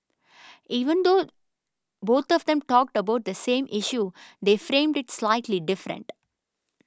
even though both of them talked about the same issue they framed it slightly different